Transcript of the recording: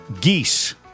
Geese